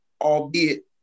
albeit